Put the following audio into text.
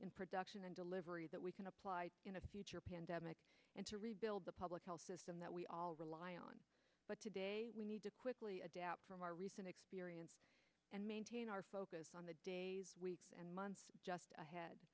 in production and delivery that we can apply in the future pandemic and to rebuild the public health system that we all rely on but today we need to quickly adapt from our recent experience and maintain our focus on the days and months just ahead